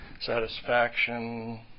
satisfaction